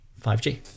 5g